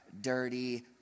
dirty